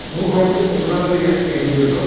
মোৰ ঘৰটো কমলাবৰীয়াত কে বি ৰ'ডত